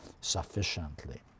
sufficiently